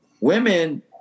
women